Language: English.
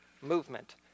movement